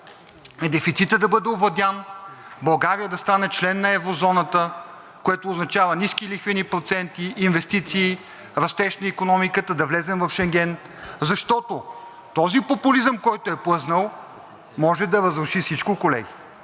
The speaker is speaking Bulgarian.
е дефицитът да бъде овладян, България да стане член на еврозоната, което означава ниски лихвени проценти, инвестиции, растеж на икономиката, да влезем в Шенген. Защото този популизъм, който е плъзнал, може да разруши всичко, колеги,